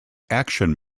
action